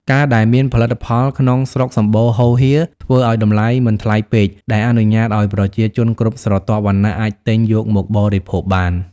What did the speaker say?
ការដែលមានផលិតផលក្នុងស្រុកសម្បូរហូរហៀរ ធ្វើឱ្យតម្លៃមិនថ្លៃពេក ដែលអនុញ្ញាតឱ្យប្រជាជនគ្រប់ស្រទាប់វណ្ណៈអាចទិញយកមកបរិភោគបាន។